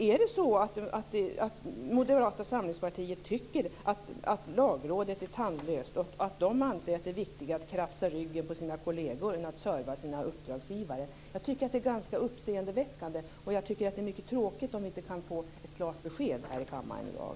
Är det så att Moderata samlingspartiet tycker att Lagrådet är tandlöst och att de anser att det är viktigare att krafsa ryggen på sina kolleger än att serva sina uppdragsgivare? Jag tycker att det är ganska uppseendeväckande. Det är mycket tråkigt om vi inte kan få ett klart besked i kammaren i dag.